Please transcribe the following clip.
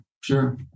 sure